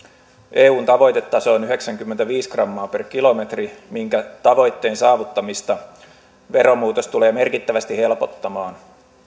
eun tavoitetaso on yhdeksänkymmentäviisi grammaa per kilometri minkä tavoitteen saavuttamista veromuutos tulee merkittävästi helpottamaan